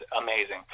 amazing